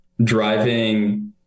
driving